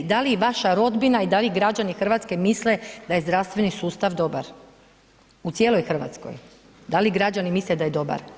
Da li mislite, ne vi, da li vaša rodbina i da li građani Hrvatske misle da je zdravstveni sustav dobar u cijeloj Hrvatskoj, da li građani misle da je dobar?